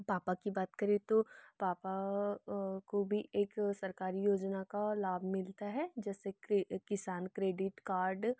पापा की बात करें तो पापा को भी एक सरकारी योजना का लाभ मिलता है जैसे क्रि किसान क्रेडिट कार्ड